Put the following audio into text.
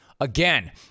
Again